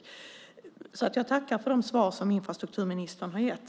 Jag tackar för de svar som infrastrukturministern har gett.